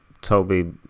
toby